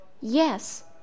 Yes